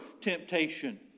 temptation